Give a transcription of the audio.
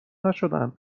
نشدن